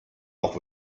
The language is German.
auch